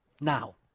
Now